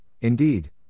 indeed